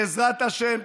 בעזרת השם,